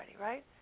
right